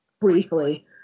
briefly